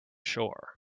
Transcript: shore